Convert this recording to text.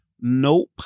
Nope